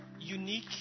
unique